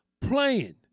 playing